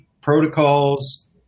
protocols